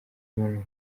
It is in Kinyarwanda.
imibonano